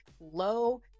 low